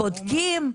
בודקים?